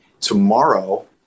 tomorrow